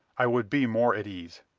i would be more at ease.